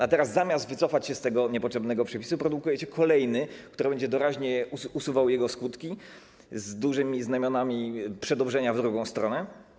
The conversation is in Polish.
A teraz zamiast wycofać się z tego niepotrzebnego przepisu, produkujecie kolejny, który będzie doraźnie usuwał jego skutki, z dużymi znamionami przedobrzenia w drugą stronę.